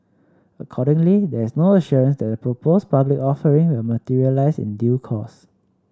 accordingly there is no assurance that the proposed public offering will materialise in due course